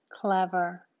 Clever